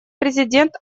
президент